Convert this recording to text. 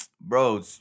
bro